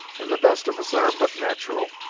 and the best of us are but nat'ral,